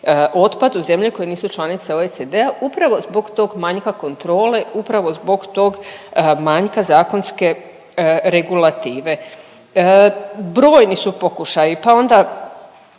otpad u zemlje koje nisu članice OECD-a upravo zbog tog manjka kontrole, upravo zbog tog manjka zakonske regulative. Brojni su pokušaji pa onda